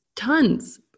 Tons